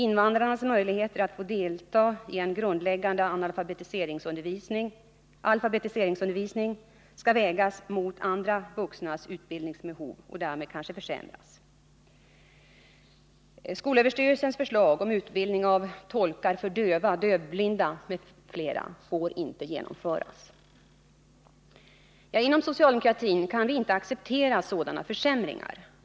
Invandrarnas möjligheter att få delta i en grundläggande alfabetiseringsundervisning skall vägas mot andra vuxnas utbildningsbehov och därmed kanske försämras. Inom socialdemokratin kan vi inte acceptera sådana försämringar.